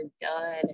done